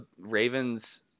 Ravens